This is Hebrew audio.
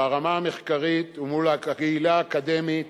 ברמה המחקרית, ומול הקהילה האקדמית